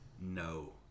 no